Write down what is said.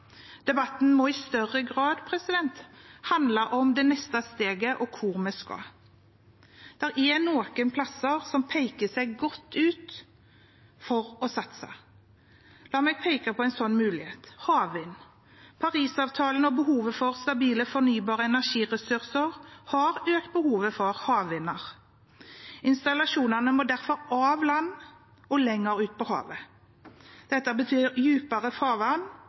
Debatten må i større grad handle om det neste steget og hvor vi skal, og det er noen plasser som peker seg godt ut for å satse på. La meg peke på en sånn mulighet: havvind. Parisavtalen og behovet for stabile fornybare energiressurser har økt behovet for havvinder. Installasjonene må derfor av land og lenger ut på havet. Det betyr dypere farvann